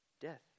death